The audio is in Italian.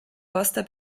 costa